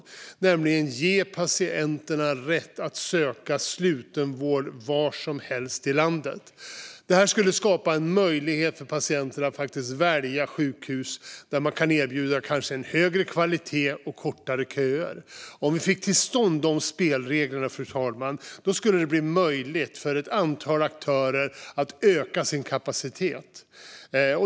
Det handlar om att ge patienterna rätt att söka slutenvård var som helst i landet. Det skulle skapa möjligheter för patienterna att välja sjukhus där det erbjuds högre kvalitet och kortare köer. Om vi kunde få till stånd de spelreglerna skulle det bli möjligt för ett antal aktörer att öka sin kapacitet.